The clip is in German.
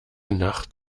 nacht